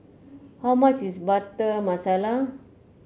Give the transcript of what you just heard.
how much is Butter Masala